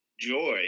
joy